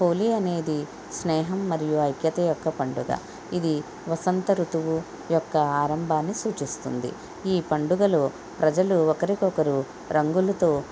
హోలీ అనేది స్నేహం మరియు ఐక్యత యొక్క పండుగ ఇది వసంత రుతువు యొక్క ఆరంభాన్ని సూచిస్తుంది ఈ పండుగలో ప్రజలు ఒకరికొకరు రంగులతో